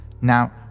Now